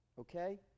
Okay